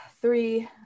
three